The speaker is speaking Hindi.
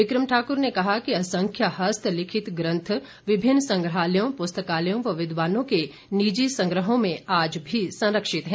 विकम ठाकुर ने कहा कि असख्य हस्त लिखित ग्रंथ विभिन्न सग्रहालयों पुस्तकालयों व विद्वानों के निजी सग्रहों में आज भी संरक्षित हैं